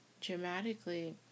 dramatically